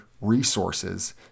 resources